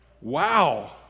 Wow